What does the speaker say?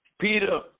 Peter